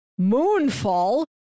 Moonfall